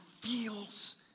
feels